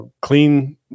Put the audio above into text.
clean